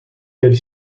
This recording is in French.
quelle